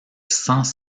sans